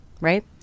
Right